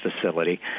facility